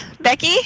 Becky